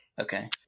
Okay